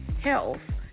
health